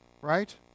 right